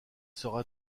sera